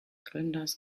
gründers